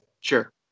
Sure